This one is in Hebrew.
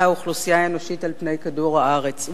האוכלוסייה האנושית על פני כדור-הארץ.